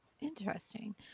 Interesting